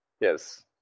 Yes